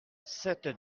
cette